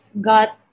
got